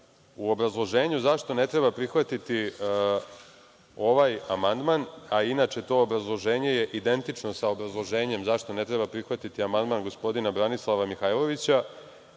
u obrazloženju zašto ne treba prihvatiti ovaj amandman, a inače to obrazloženje je identično sa obrazloženjem zašto ne treba prihvatiti amandman gospodina Branislava Mihajlovića,